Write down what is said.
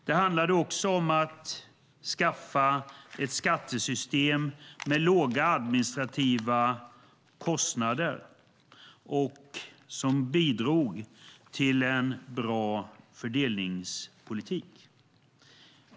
Det handlade också om att skaffa ett skattesystem med låga administrativa kostnader och som bidrog till en bra fördelningspolitik.